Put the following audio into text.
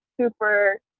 super